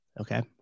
Okay